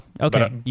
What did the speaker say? okay